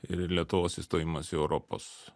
ir lietuvos įstojimas į europos